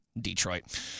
Detroit